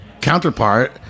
counterpart